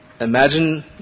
imagine